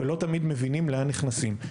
ולא תמיד מבינים לאן נכנסים.